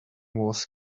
was